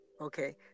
Okay